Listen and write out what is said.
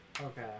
Okay